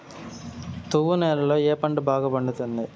తువ్వ నేలలో ఏ పంట బాగా పండుతుంది?